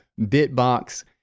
Bitbox